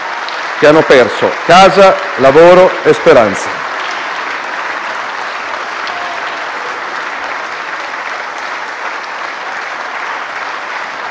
che hanno perso casa, lavoro e speranza.